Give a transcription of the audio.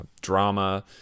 drama